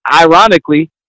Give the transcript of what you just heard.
ironically